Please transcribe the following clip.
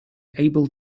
able